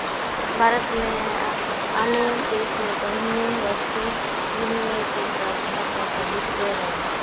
भारत मे आ आनो देश मे पहिने वस्तु विनिमय के प्रथा प्रचलित रहै